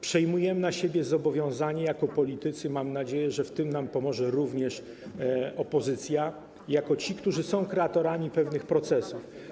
Przejmujemy na siebie zobowiązanie jako politycy - mam nadzieję, że pomoże nam w tym również opozycja - jako ci, którzy są kreatorami pewnych procesów.